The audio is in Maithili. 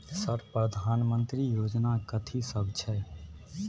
सर प्रधानमंत्री योजना कथि सब छै?